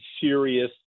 serious